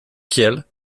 kiel